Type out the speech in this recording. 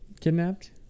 kidnapped